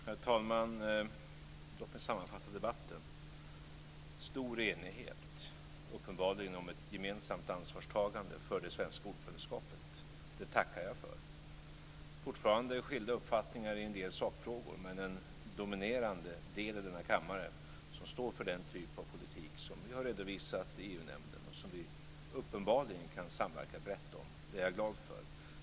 Herr talman! Låt mig sammanfatta debatten! Det är uppenbarligen stor enighet om ett gemensamt ansvarstagande för det svenska ordförandeskapet. Det tackar jag för. Det är fortfarande skilda uppfattningar i en del sakfrågor, men den dominerande delen av den här kammaren står för den typ av politik som vi har redovisat i EU-nämnden och som vi uppenbarligen kan samverka brett om. Det är jag glad för.